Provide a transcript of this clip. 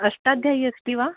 अष्टाध्यायी अस्ति वा